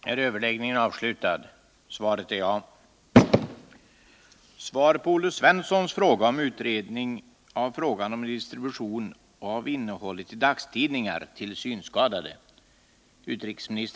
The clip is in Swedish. För ca nio månader sedan tillkallades en sakkunnig i utbildningsdepartementet för utredning av frågan om distribution av innehållet i dagstidningar till synskadade. Likaså har tillsatts en sekreterare för denna uppgift.